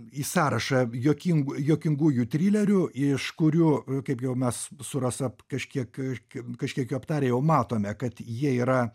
į sąrašą juoking juokingųjų trilerių iš kurių kaip jau mes su rasa kažkiek kažkiek jau aptarę jau matome kad jie yra